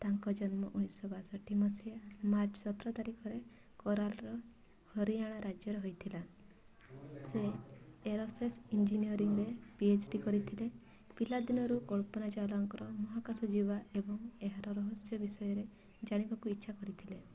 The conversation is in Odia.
ତାଙ୍କ ଜନ୍ମ ଉଣେଇଶି ଶହ ବାଷଠି ମସିହା ମାର୍ଚ୍ଚ ସତର ତାରିଖରେ କରାଲ୍ର ହରିୟାଣା ରାଜ୍ୟରେ ହୋଇଥିଲା ସେ ଏରୋସ୍ପେସ୍ ଇଞ୍ଜିନିୟରିଂରେ ପି ଏଚ ଡ଼ି କରିଥିଲେ ପିଲାଦିନରୁ କଳ୍ପନା ଚାୱଲାଙ୍କର ମହାକାଶ ଯିବା ଏବଂ ଏହାର ରହସ୍ୟ ବିଷୟରେ ଜାଣିବାକୁ ଇଚ୍ଛା କରିଥିଲେ